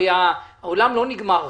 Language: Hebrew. הרי העולם לא נגמר עכשיו.